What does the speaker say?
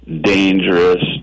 dangerous